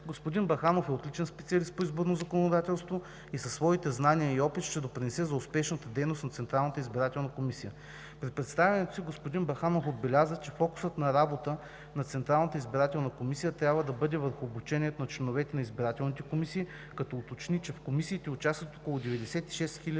Господин Баханов е отличен специалист по изборно законодателство и със своите знания и опит ще допринесе за успешната дейност на Централната избирателна комисия. При представянето на своята концепция господин Баханов отбеляза, че фокусът на работа на Централната избирателна комисия трябва да бъде върху обучението на членовете на избирателните комисии, като уточни, че в комисиите участват около 96